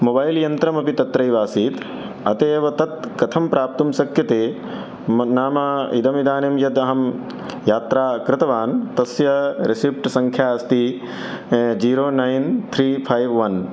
mobile यन्त्रमपि तत्रैव आसीत् अतः एव तत् कथं प्राप्तुं शक्यते म नाम इदमिदानीं यद् अहं यात्रां कृतवान् तस्य रेसिप्ट् संख्या अस्ति zero nine three five one